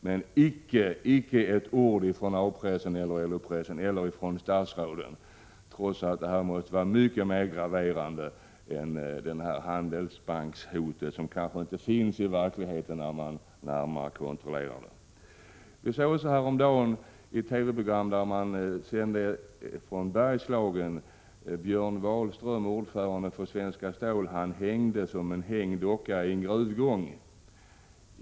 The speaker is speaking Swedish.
Men det har icke förekommit ett ord från A-pressen eller LO-pressen eller från statsråden, trots att det här måste vara mycket mer graverande än Handelsbankshotet — som kanske inte finns i verkligheten när man väl kontrollerar det. Det sades häromdagen i ett TV-program från Bergslagen: Björn Wahlström — ordförande för Svenskt Stål — figurerade som en hängd docka i en gruvgång.